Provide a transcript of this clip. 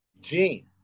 Gene